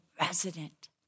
resident